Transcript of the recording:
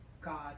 God